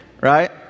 right